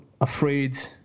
afraid